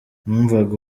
numvaga